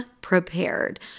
prepared